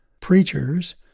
preachers